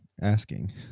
asking